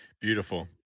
Beautiful